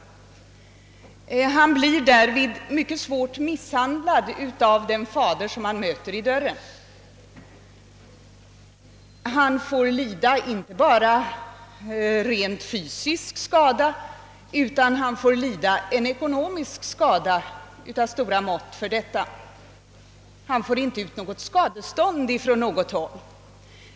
Läraren blir därvid svårt misshandlad av fadern till eleven, som läraren möter i dörren. Läraren får lida inte bara rent fysisk skada utan även ekonomisk skada av stora mått, och skadestånd erhålles inte från något håll.